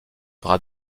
bras